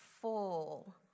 full